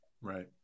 Right